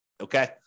okay